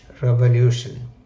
Revolution